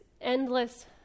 endless